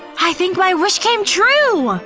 i think my wish came true!